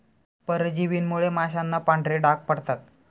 परजीवींमुळे माशांना पांढरे डाग पडतात